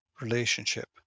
relationship